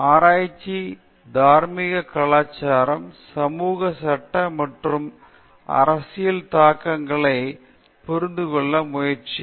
ஆராய்ச்சி தார்மீக கலாச்சார சமூக சட்ட மற்றும் அரசியல் தாக்கங்களை புரிந்து கொள்ள முயற்சி